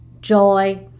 Joy